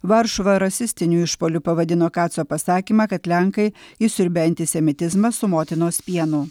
varšuva rasistinių išpuolių pavadino kaco pasakymą kad lenkai įsiurbia antisemitizmą su motinos pienu